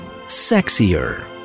sexier